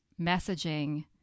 messaging